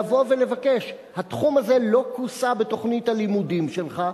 לבוא ולבקש: התחום הזה לא כוסה בתוכנית הלימודים שלך,